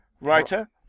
writer